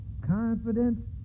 confidence